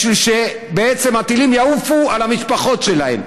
בשביל שבעצם הטילים יעופו על המשפחות שלהם.